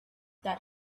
that